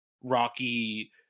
Rocky